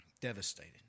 Devastated